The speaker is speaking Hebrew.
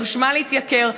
החשמל התייקר.